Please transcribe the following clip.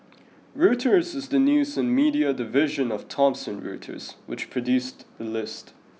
Reuters is the news and media division of Thomson Reuters which produced the list